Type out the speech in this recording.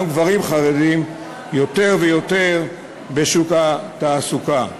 גם גברים חרדים, יותר ויותר בשוק התעסוקה.